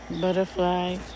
butterfly